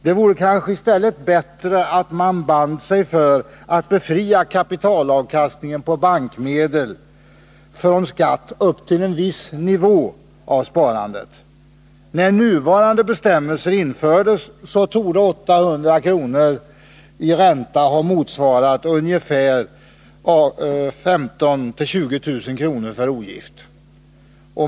Det vore kanske i stället bättre att man band sig för att befria kapitalavkastningen på bankmedel från skatt upp till en viss nivå av sparandet. När nuvarande bestämmelser infördes torde 800 kr. ha motsvarat räntan på ungefär 15 000-20 000 kr. för ogift.